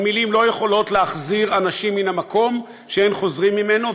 אבל מילים לא יכולות להחזיר אנשים מן המקום שאין חוזרים ממנו,